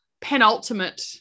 penultimate